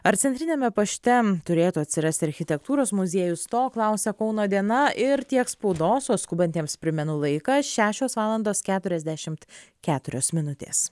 ar centriniame pašte turėtų atsirasti architektūros muziejus to klausia kauno diena ir tiek spaudos o skubantiems primenu laiką šešios valandos keturiasdešimt keturios minutės